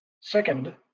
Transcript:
second